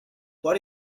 what